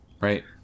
right